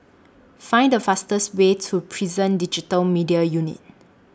Find The fastest Way to Prison Digital Media Unit